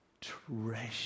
treasure